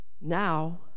Now